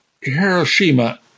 Hiroshima